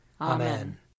Amen